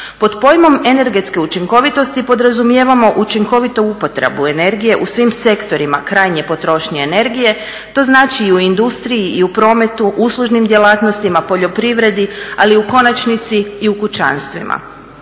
Pod pojmom energetske učinkovitosti podrazumijevamo učinkovitu upotrebu energije u svim sektorima krajnje potrošnje energije, to znači i u industriji i u prometu, uslužnim djelatnostima, poljoprivredi, ali u konačnici i u kućanstvima.